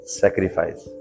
sacrifice